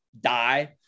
die